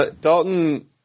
Dalton